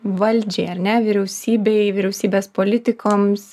valdžiai ar ne vyriausybei vyriausybės politikoms